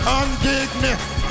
undignified